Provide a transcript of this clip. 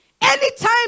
anytime